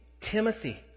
Timothy